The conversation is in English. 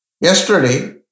yesterday